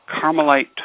Carmelite